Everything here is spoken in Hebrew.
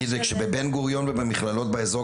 בבן גוריון ובמכללות באיזור,